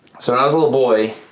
so when i was a little boy,